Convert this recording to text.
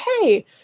hey